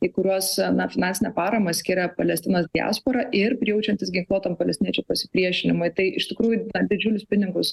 į kuriuos na finansinę paramą skiria palestinos diaspora ir prijaučiantys ginkluotam palestiniečių pasipriešinimui tai iš tikrųjų didžiulius pinigus